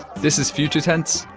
this is future tense,